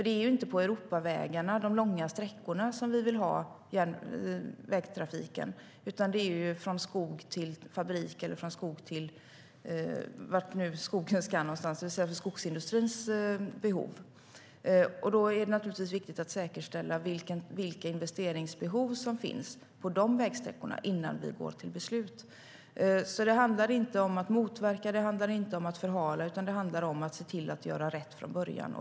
Det är inte på de långa sträckorna på Europavägarna som vi vill ha vägtrafiken, utan från skog till fabrik, det vill säga för skogsindustrins behov. Då är det naturligtvis viktigt att utreda vilka investeringsbehov som finns på de vägsträckorna innan vi går till beslut. Det handlar inte om att motverka eller förhala något, utan om att se till att göra rätt från början.